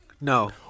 No